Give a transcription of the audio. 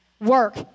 work